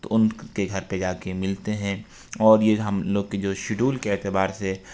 تو ان کے گھر پہ جا کے ملتے ہیں اور یہ ہم لوگ کی جو شیڈول کے اعتبار سے